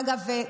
אגב,